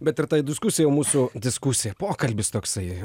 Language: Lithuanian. bet ir ta diskusija jau mūsų diskusija pokalbis toksai